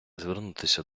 звернутися